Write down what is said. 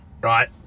right